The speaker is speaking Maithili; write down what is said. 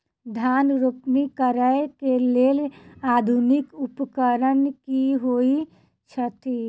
धान रोपनी करै कऽ लेल आधुनिक उपकरण की होइ छथि?